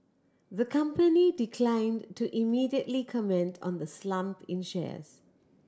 the company declined to immediately comment on the slump in shares